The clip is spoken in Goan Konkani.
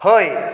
हय